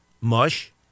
Mush